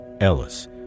Ellis